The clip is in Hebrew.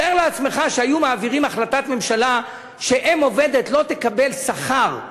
תאר לעצמך שהיו מעבירים החלטת ממשלה שאֵם עובדת לא תקבל שכר,